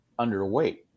underweight